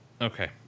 Okay